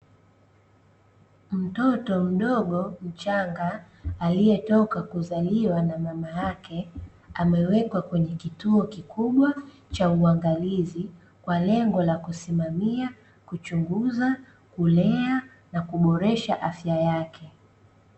Mtoto mdogo mchanga, aliyetoka kuzaliwa na mama yake, amewekwa kwenye kituo kikubwa cha uangalizi kwa lengo la kusimamia, kuchunguza, kulea na kuboresha afya yake.